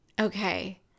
Okay